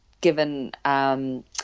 given